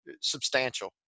substantial